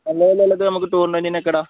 നല്ല വിലയുള്ളത് നമുക്ക് ടൂർണമെൻ്റിനൊക്കെ ഇടാം